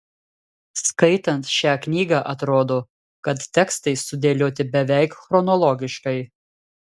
skaitant šią knygą atrodo kad tekstai sudėlioti beveik chronologiškai